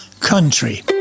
Country